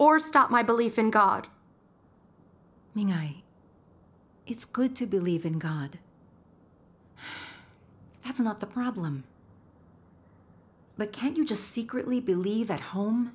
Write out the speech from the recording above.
or stop my belief in god it's good to believe in god that's not the problem but can't you just secretly believe at home